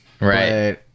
Right